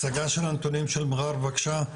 הצגה של הנתונים של מע'אר בבקשה,